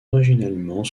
originellement